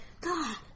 God